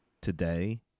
today